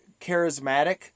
charismatic